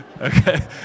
Okay